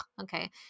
okay